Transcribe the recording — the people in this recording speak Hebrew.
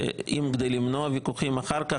כדי למנוע ויכוחים אחר כך,